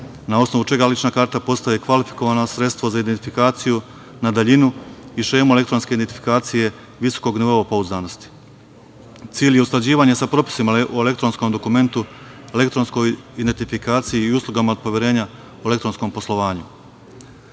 na osnovu čega lična karta postaje kvalifikovano sredstvo za identifikaciju na daljinu i šemu elektronske identifikacije visokog nivoa pouzdanosti. Cilj je usklađivanje sa propisima o elektronskom dokumentu, elektronskoj identifikaciji i uslugama od poverenja u elektronskom poslovanju.